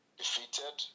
defeated